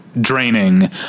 draining